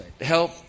help